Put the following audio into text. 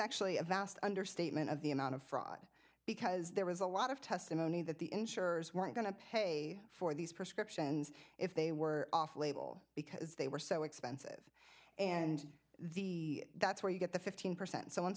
actually a vast understatement of the amount of fraud because there was a lot of testimony that the insurers weren't going to pay for these prescriptions if they were off label because they were so expensive and the that's where you get the fifteen percent so